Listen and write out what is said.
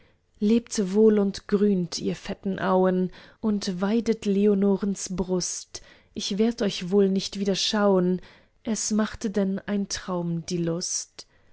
lebt wohl und grünt ihr fetten auen und weidet leonorens brust ich werd euch wohl nicht wieder schauen es machte denn ein traum die lust